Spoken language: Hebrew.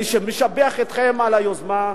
אני משבח אתכם על היוזמה,